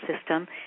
system